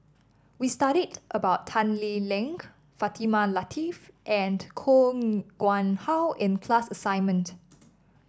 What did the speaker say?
we studied about Tan Lee Leng Fatimah Lateef and Koh Nguang How in class assignment